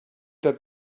that